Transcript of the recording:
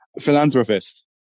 Philanthropist